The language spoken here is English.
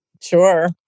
Sure